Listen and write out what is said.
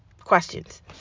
questions